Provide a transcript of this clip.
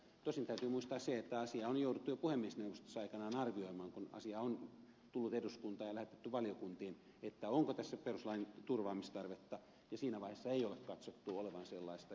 tosin täytyy muistaa se että jo puhemiesneuvostossa on jouduttu aikanaan arvioimaan kun asia on tullut eduskuntaan ja se on lähetetty valiokuntiin onko tässä perustuslain turvaamistarvetta ja siinä vaiheessa ei ole katsottu olevan sellaista